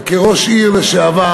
וכראש עיר לשעבר